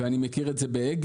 ואני מכיר את זה באגד,